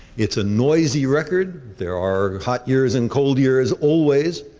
it's a noisy record. there are hot years and cold years always,